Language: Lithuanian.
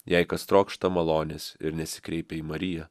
jei kas trokšta malonės ir nesikreipia į mariją